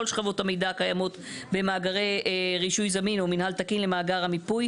שכבות המידע הקיימות במאגרי רישוי זמין או מינהל תקין למאגר המיפוי,